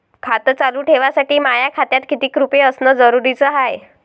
खातं चालू ठेवासाठी माया खात्यात कितीक रुपये असनं जरुरीच हाय?